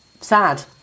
sad